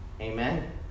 Amen